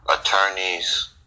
attorneys